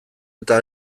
eta